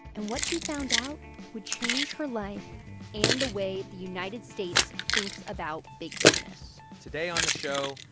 and what she found out would change her life and the way the united states thinks about big business today on the show,